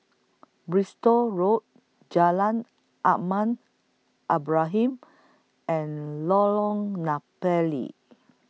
Bristol Road Jalan Ahmad Ibrahim and Lorong Napiri